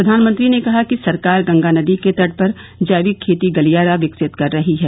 प्रधानमंत्री ने कहा कि सरकार गंगा नदी के तट पर जैविक खेती गलियारा विकसित कर रही हैं